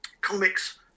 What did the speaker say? Comics